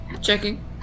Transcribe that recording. checking